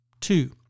Two